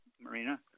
Marina